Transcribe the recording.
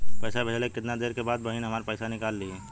पैसा भेजले के कितना देरी के बाद बहिन हमार पैसा निकाल लिहे?